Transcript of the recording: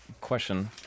question